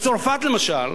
בצרפת למשל,